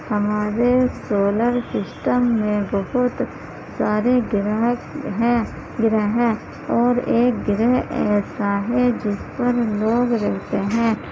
ہمارے solar system میں بہت سارے گرہ ہیں گرہیں اور ایک گرہ ایسا ہے جس پر لوگ رہتے ہیں